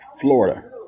Florida